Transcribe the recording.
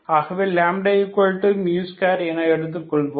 ஆகவே λ2 என எடுத்துக்கொள்வோம்